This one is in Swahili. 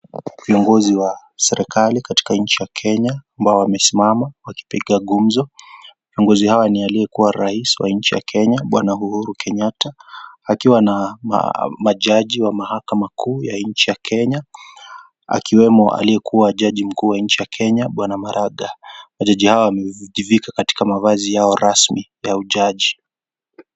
Viongozi wa serikali katika nchi ya Kenya ambao wamesimama wakipiga gumzo. Viongozi hawa ni aliyekuwa rais wa nchi ya Kenya, Bwana Uhuru Kenyatta akiwa na majaji wa Mahakama Kuu ya nchi ya Kenya; akiwemo aliyekuwa Jaji Mkuu wa nchi ya Kenya, Bwana Maraga. Majaji hawa wamejivika katika mavazi yao rasmi ya ujaji.